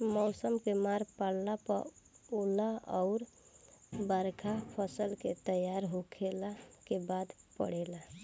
मौसम के मार पड़ला पर ओला अउर बरखा फसल के तैयार होखला के बाद पड़ेला